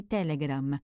Telegram